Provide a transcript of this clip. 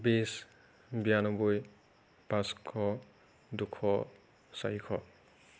বিছ বিৰান্নব্বৈ পাঁচশ দুশ চাৰিশ